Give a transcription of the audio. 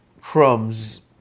crumbs